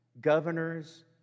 governors